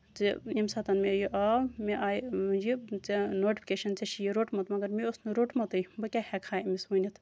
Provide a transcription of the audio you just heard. زِ ییٚمہِ ساتہٕ مےٚ یہِ آو مےٚ آیہِ یہِ ژےٚ نوٹِفِکیشَن ژےٚ چھُے یہِ روٚٹمُت مَگر مےٚ اوس نہٕ روٚٹمُتُے بہٕ کیاہ ہٮ۪کہٕ ہا أمِس ؤنِتھ